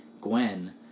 Gwen